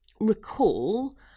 recall